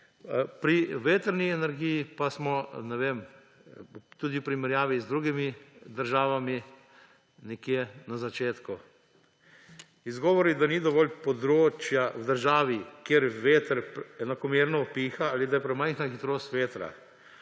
Pri vetrni energiji pa smo tudi v primerjavi z drugimi državami nekje na začetku. Izgovori, da ni dovolj območja v državi, kjer veter enakomerno piha, ali da je premajhna hitrost vetra,